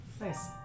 Nice